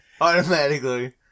Automatically